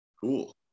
Cool